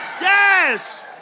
Yes